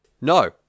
No